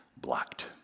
blocked